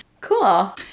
Cool